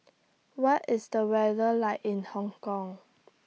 What IS The weather like in Hong Kong